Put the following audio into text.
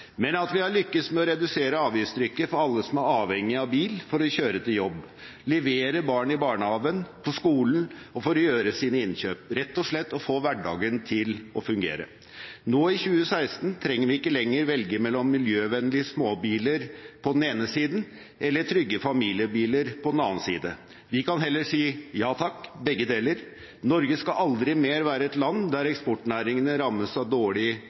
men at vi har lyktes med å redusere avgiftstrykket for alle som er avhengige av bil for å kjøre til jobb, levere barn i barnehagen og på skolen og for å gjøre sine innkjøp – rett og slett å få hverdagen til å fungere. Nå, i 2016, trenger vi ikke lenger velge mellom miljøvennlige småbiler på den ene siden og trygge familiebiler på den andre siden. Vi kan heller si ja takk, begge deler. Norge skal aldri mer være et land der eksportnæringene rammes av dårlig infrastruktur, og Norge skal aldri mer være et